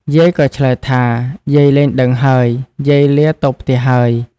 យាយក៏ឆ្លើយថា យាយលែងដឹងហើយ យាយលាទៅផ្ទះ ហើយ ។